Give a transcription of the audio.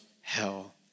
hell